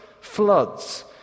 floods